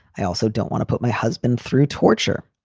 i also don't want to put my husband through torture.